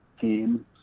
team